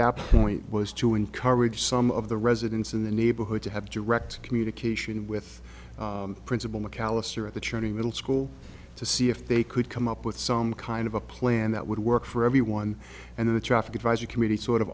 that point was to encourage some of the residents in the neighborhood to have direct communication with principal mcalister at the training middle school to see if they could come up with some kind of a plan that would work for everyone and the traffic advisory committee sort of